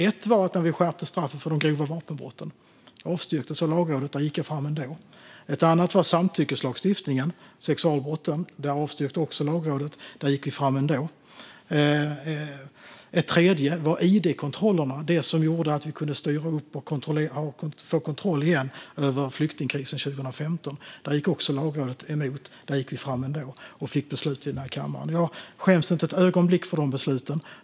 Ett var när vi skärpte straffen för de grova vapenbrotten. Detta förslag avstyrktes av Lagrådet, men där gick jag fram ändå. Ett annat gällde samtyckeslagstiftningen och sexualbrotten. Det avstyrkte Lagrådet också, men där gick vi fram ändå. Ett tredje gällde id-kontrollerna, som gjorde att vi kunde styra upp och få kontroll över flyktingkrisen 2015 igen. Då gick Lagrådet också emot, men vi gick fram ändå och det beslutades i kammaren. Jag skäms inte ett ögonblick för dessa beslut.